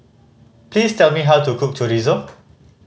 please tell me how to cook Chorizo